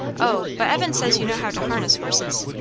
o, but evan says you know how to harness horses.